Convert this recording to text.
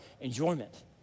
enjoyment